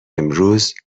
امروز